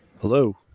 Hello